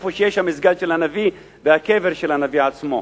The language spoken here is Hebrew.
שם המסגד של הנביא והקבר של הנביא עצמו,